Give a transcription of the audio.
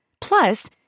Plus